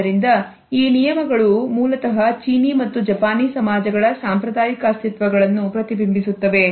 ಆದ್ದರಿಂದ ಈ ನಿಯಮಗಳು ಮೂಲತಹ ಚೀನೀ ಮತ್ತು ಜಪಾನೀ ಸಮಾಜಗಳ ಸಾಂಪ್ರದಾಯಿಕ ಅಸ್ತಿತ್ವಗಳನ್ನು ಪ್ರತಿಬಿಂಬಿಸುತ್ತವೆ